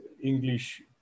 English